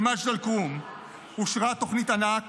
במג'ד אל-כרום אושרה תוכנית ענק